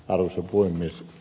arvoisa puhemies